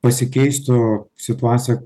pasikeistų situacija